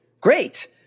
great